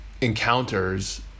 encounters